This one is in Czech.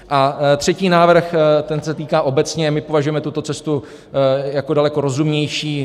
A třetí návrh se týká obecně, my považujeme tuto cestu jako daleko rozumnější.